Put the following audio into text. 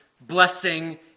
blessing